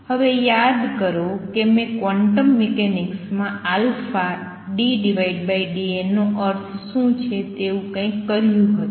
હવે યાદ કરો કે મેં ક્વોન્ટમ મિકેનિક્સ માં ddn નો અર્થ શું છે તેવું કઈક કર્યું હતું